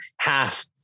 half